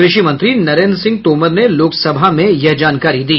कृषि मंत्री नरेंद्र सिंह तोमर ने लोकसभा में ये जानकारी दी